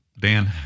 Dan